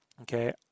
okay